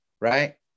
right